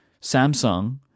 Samsung